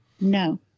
No